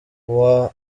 hawa